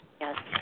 Yes